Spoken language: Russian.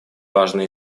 важно